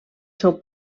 seu